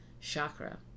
chakra